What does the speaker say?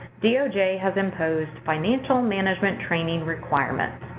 doj has imposed financial management training requirements.